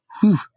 Whew